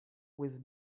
with